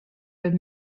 were